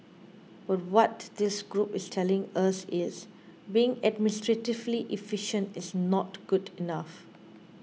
but what this group is telling us is being administratively efficient is not good enough